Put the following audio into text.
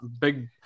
big